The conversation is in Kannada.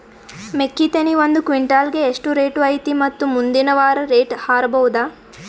ಮೆಕ್ಕಿ ತೆನಿ ಒಂದು ಕ್ವಿಂಟಾಲ್ ಗೆ ಎಷ್ಟು ರೇಟು ಐತಿ ಮತ್ತು ಮುಂದಿನ ವಾರ ರೇಟ್ ಹಾರಬಹುದ?